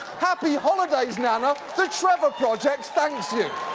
happy holidays, nana. the trevor project thanks you.